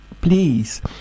Please